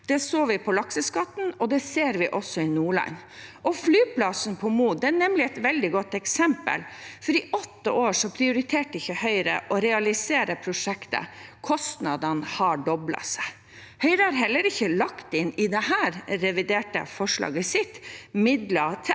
Det så vi med lakseskatten, og det ser vi også i Nordland. Flyplassen på Mo er et veldig godt eksempel, for i åtte år prioriterte ikke Høyre å realisere prosjektet, og kostnadene har doblet seg. Høyre har heller ikke lagt inn i dette reviderte forslaget sitt midler til